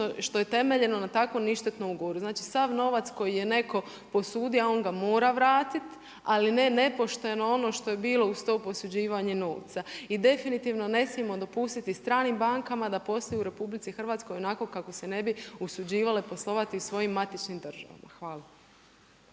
što je temeljeno na takvom ništetnom ugovoru. Znači sav novac koji je netko, a on ga mora vratiti, ali ne nepošteno ono što je bilo uz to posuđivanje novca. I definitivno ne smijemo dopustiti stranim bankama da posjeduju u RH onako kako se ne bi usuđivale poslovati u svojim matičnim državama. Hvala.